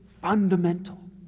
fundamental